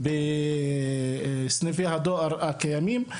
בסניפי הדואר הקיימים.